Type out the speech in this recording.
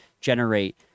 generate